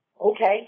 Okay